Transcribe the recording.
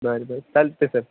बरं बरं चालते सर